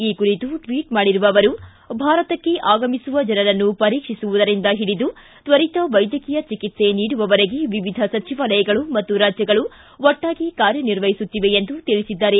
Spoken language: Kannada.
ಈ ಕುರಿತು ಟ್ವಿಟ್ ಮಾಡಿರುವ ಅವರು ಭಾರತಕ್ಕೆ ಆಗಮಿಸುವ ಜನರನ್ನು ಪರೀಕ್ಷಿಸುವುದರಿಂದ ಹಿಡಿದು ತ್ವರಿತ ವೈದ್ಯಕೀಯ ಚಿಕಿತ್ಸೆ ನೀಡುವವರೆಗೆ ವಿವಿಧ ಸಚಿವಾಲಯಗಳು ಮತ್ತು ರಾಜ್ಯಗಳು ಒಟ್ನಾಗಿ ಕಾರ್ಯನಿರ್ವಹಿಸುತ್ತಿವೆ ಎಂದು ತಿಳಿಸಿದ್ದಾರೆ